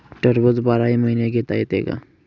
टरबूज बाराही महिने घेता येते का?